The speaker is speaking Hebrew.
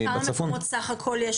כמה מקומות יש לכם בסך הכול?